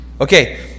Okay